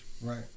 Right